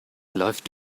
läuft